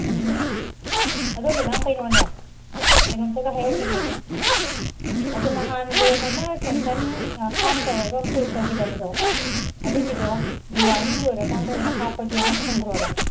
ꯎꯝ ꯑꯗꯣ ꯃꯦꯗꯥꯝ ꯀꯩꯅꯣꯅꯦ ꯀꯩꯅꯣꯝꯇꯒ ꯍꯥꯏꯍꯧꯒꯤꯒꯦꯅꯦ ꯑꯗꯣ ꯅꯍꯥꯟ ꯂꯣꯟ ꯑꯃ ꯁꯦꯡꯁꯟ ꯍꯥꯐ ꯇꯧꯔꯒ ꯐꯨꯜ ꯇꯧꯈꯤꯗꯕꯗꯣ ꯑꯗꯨꯒꯤꯗꯣ ꯗꯤꯋꯥꯂꯤ ꯂꯣꯏꯔꯀꯥꯟꯗ ꯑꯣꯏꯅ ꯍꯥꯞꯄꯒꯦꯅ ꯈꯨꯝꯒ꯭ꯔꯣꯔꯥ